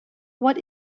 what